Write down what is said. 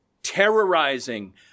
terrorizing